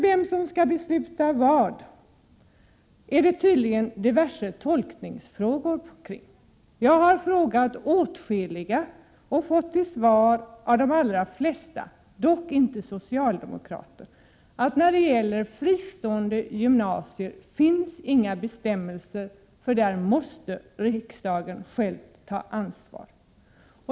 Vem som skall besluta vad är det tydligen diverse tolkningsfrågor kring. Jag har frågat åtskilliga och fått till svar av de allra flesta — dock inte socialdemokrater — att när det gäller fristående gymnasier finns inga bestämmelser och där måste riksdagen själv ta ansvar.